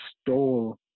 stole